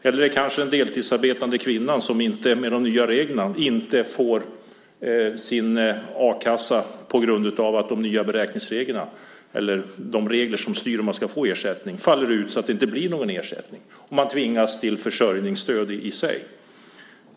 Eller det kanske är en deltidsarbetande kvinna som med de nya reglerna inte får sin a-kassa just på grund av att reglerna som styr ersättningen faller ut så att det inte blir någon ersättning. I stället kan hon tvingas till försörjningsstöd.